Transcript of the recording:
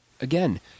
again